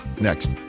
Next